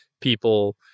people